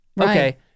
Okay